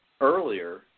earlier